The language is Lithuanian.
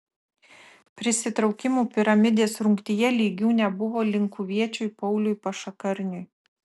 prisitraukimų piramidės rungtyje lygių nebuvo linkuviečiui pauliui pašakarniui